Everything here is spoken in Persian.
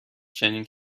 چنین